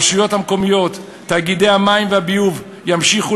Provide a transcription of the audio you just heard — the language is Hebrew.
הרשויות המקומיות ותאגידי המים והביוב ימשיכו